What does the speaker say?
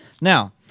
Now